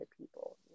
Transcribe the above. people